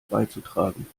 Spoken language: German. beizutragen